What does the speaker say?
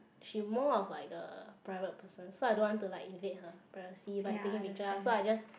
she more of like a private person so I don't want to like invade her privacy by taking picture lah so I just